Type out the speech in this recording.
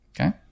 Okay